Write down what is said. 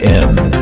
end